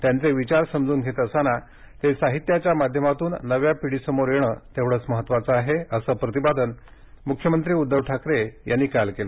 त्यांचे विचार समजून घेत असताना ते साहित्याच्या माध्यमातून नव्या पिढी समोर येणं तेवढेच महत्त्वाचं आहे असं प्रतिपादन मुख्यमंत्री उद्धव ठाकरे यांनी काल केलं